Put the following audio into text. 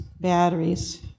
batteries